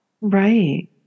right